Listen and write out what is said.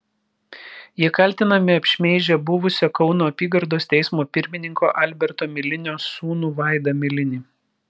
jie kaltinami apšmeižę buvusio kauno apygardos teismo pirmininko alberto milinio sūnų vaidą milinį